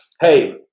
Hey